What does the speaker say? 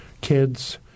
Kids